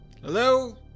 Hello